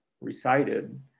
recited